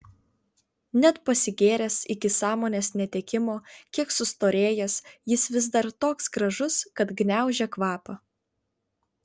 net pasigėręs iki sąmonės netekimo kiek sustorėjęs jis vis dar toks gražus kad gniaužia kvapą